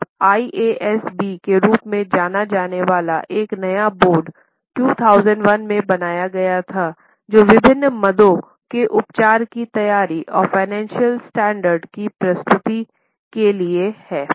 अब IASB के रूप में जाना जाने वाला एक नया बोर्ड 2001 में बनाया गया था जो विभिन्न मदों के उपचार की तैयारी और फ़ाइनेंशियल स्टैण्डर्ड की प्रस्तुति के लिए हैं